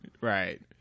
Right